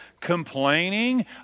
complaining